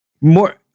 more